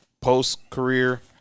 Post-career